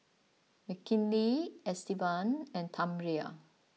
Mckinley Estevan and Tamera